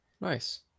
Nice